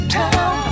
town